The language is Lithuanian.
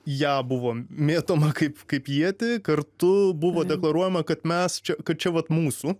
ją buvo mėtoma kaip kaip ietį kartu buvo deklaruojama kad mes čia kad čia vat mūsų